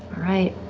right.